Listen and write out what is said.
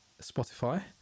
Spotify